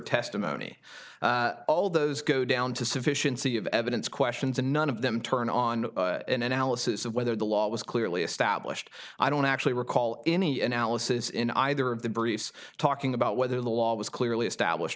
testimony all those go down to sufficiency of evidence questions and none of them turned on an analysis of whether the law was clearly established i don't actually recall any analysis in either of the briefs talking about whether the law was clearly established